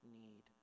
need